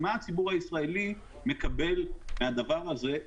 מה הציבור הישראלי מקבל מהדבר הזה.